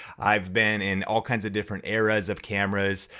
i've been in all kinds of different areas of cameras,